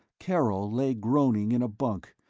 karol lay groaning in a bunk,